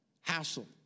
hassle